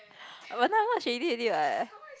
but already what